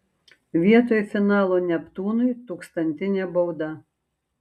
vietoj finalo neptūnui tūkstantinė bauda